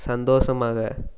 சந்தோஷமாக